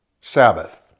Sabbath